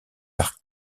par